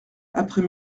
après